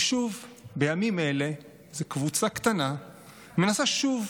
ושוב, בימים האלה, איזו קבוצה קטנה מנסה שוב,